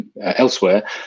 elsewhere